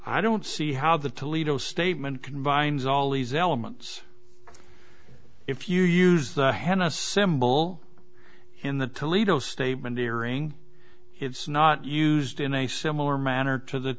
i don't see how the toledo statement can vine's all these elements if you use the henna symbol in the toledo statement airing it's not used in a similar manner to the